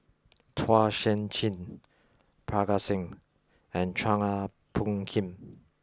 Chua Sian Chin Parga Singh and Chua Phung Kim